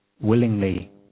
willingly